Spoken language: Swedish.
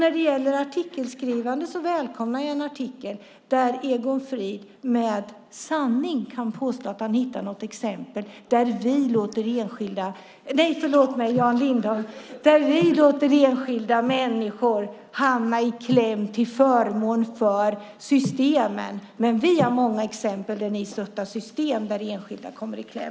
När det gäller artikelskrivandet välkomnar jag en artikel där Jan Lindholm kan visa något faktiskt exempel på att vi låter enskilda människor hamna i kläm till förmån för systemen. Vi, däremot, har många exempel där ni stöttar system och enskilda kommer i kläm.